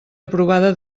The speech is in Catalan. aprovada